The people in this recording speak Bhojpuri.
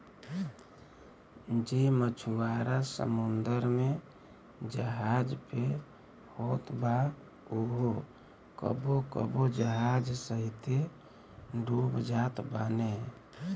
जे मछुआरा समुंदर में जहाज पे होत बा उहो कबो कबो जहाज सहिते डूब जात बाने